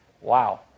Wow